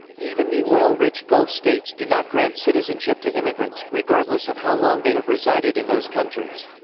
even the oil-rich gulf states do not grant citizenship to immigrants, regardless of how long they have resided in those countries.